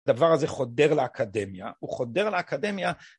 הדבר הזה חודר לאקדמיה, הוא חודר לאקדמיה